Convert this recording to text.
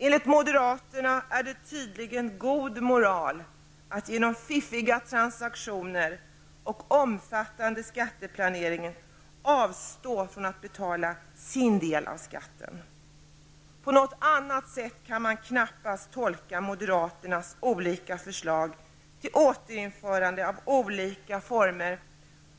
Enligt moderaterna är det tydligen god moral att genom fiffiga transaktioner och omfattande skatteplanering avstå från att betala sin del av skatten. På något annat sätt kan man knappast tolka moderaternas olika förslag till återinförande av olika former